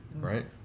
Right